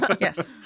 Yes